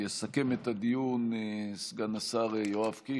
יסכם את הדיון סגן השר יואב קיש.